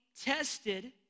tested